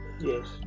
yes